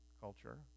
culture